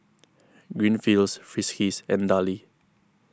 Greenfields Friskies and Darlie